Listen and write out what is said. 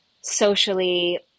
socially